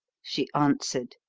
she answered,